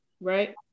right